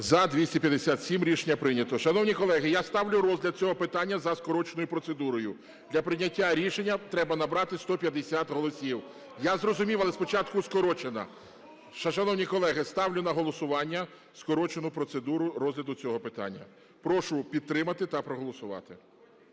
За-257 Рішення прийнято. Шановні колеги, я ставлю розгляд цього питання за скороченою процедурою. Для прийняття рішення треба набрати 150 голосів. (Шум в залі) Я зрозумів, але спочатку – скорочена. Шановні колеги, ставлю на голосування скорочену процедуру розгляду цього питання. Прошу підтримати та проголосувати.